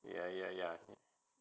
ya ya ya